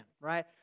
right